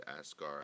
Askar